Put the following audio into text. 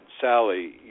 Sally